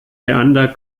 leander